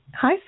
Hi